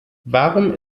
warum